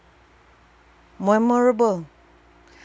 memorable